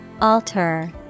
Alter